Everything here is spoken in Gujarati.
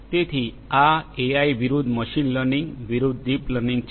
તેથી આ એઆઈ વિરુદ્ધ મશીન લર્નિંગ વિરુદ્ધ ડીપ લર્નિંગ છે